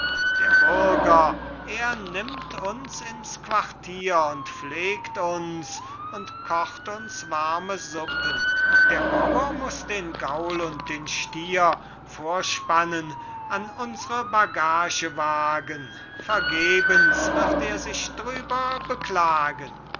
der bürger er nimmt uns ins quartier und pflegt uns und kocht uns warme suppen der bauer muß den gaul und den stier vorspannen an unsre bagagewagen vergebens wird er sich drüber beklagen